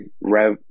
Rev